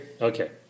Okay